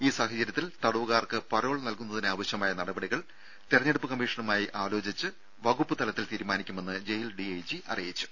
ഈ സാഹചര്യത്തിൽ തടവുകാർക്ക് പരോൾ നൽകുന്നതിനാവശ്യമായ നടപടികൾ തെരഞ്ഞെടുപ്പ് കമ്മീഷനുമായി ആലോചിച്ച് വകുപ്പ് തലത്തിൽ തീരുമാനിക്കുമെന്ന് ജയിൽ ഡിഐജി അറിയിച്ചു